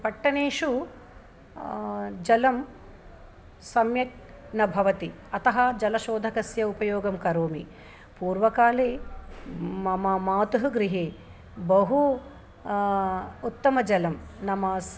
पट्टनेषु जलं सम्यक् न भवति अतः जलशोधकस्य उपयोगं करोमि पूर्वकाले मम मातुः गृहे बहु उत्तमजलम् नाम स्